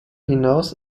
hinaus